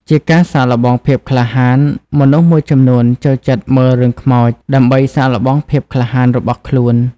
ជាការសាកល្បងភាពក្លាហាន មនុស្សមួយចំនួនចូលចិត្តមើលរឿងខ្មោចដើម្បីសាកល្បងភាពក្លាហានរបស់ខ្លួន។